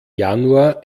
januar